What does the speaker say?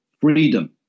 freedom